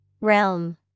Realm